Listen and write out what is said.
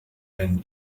and